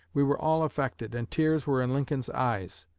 we were all affected, and tears were in lincoln's eyes.